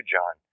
John